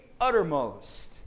uttermost